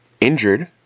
injured